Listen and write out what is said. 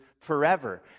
forever